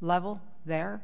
level there